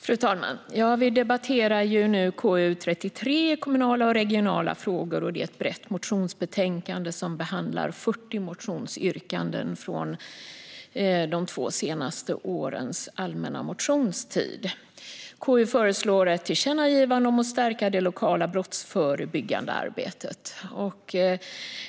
Fru talman! Vi debatterar nu KU33 Kommunala och regionala frågor . Det är ett brett motionsbetänkande som behandlar 40 motionsyrkanden från de två senaste årens allmänna motionstid. KU föreslår ett tillkännagivande om att stärka det lokala brottsförebyggande arbetet.